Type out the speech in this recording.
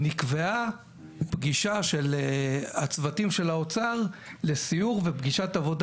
נקבעה פגישה של הצוותים של האוצר לסיור ופגישת עבודה